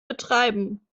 betreiben